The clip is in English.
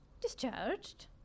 Discharged